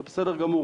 זה בסדר גמור,